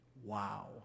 Wow